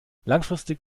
langfristig